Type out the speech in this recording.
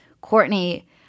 Courtney